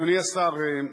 אדוני השר,